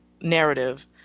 narrative